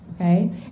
okay